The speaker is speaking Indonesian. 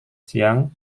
siang